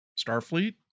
Starfleet